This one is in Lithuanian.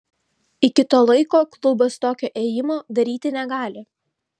iki to laiko klubas tokio ėjimo daryti negali